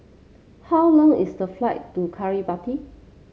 how long is the flight to Kiribati